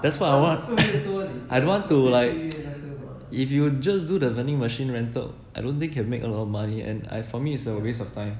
that's what I want I don't want to like if you just do the vending machine rental I don't think can make a lot of money and I for me it's a waste of time